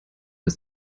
ist